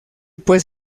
pues